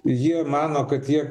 jie mano kad jie